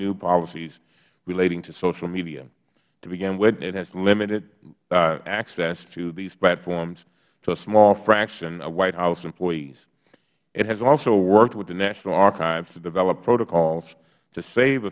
new policies relating to social media to begin with it has limited access to these platforms to a small fraction of white house employees it has also worked with the national archives to develop protocols to save